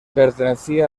pertenecía